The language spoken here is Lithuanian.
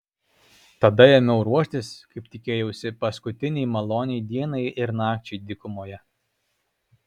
tada ėmiau ruoštis kaip tikėjausi paskutinei maloniai dienai ir nakčiai dykumoje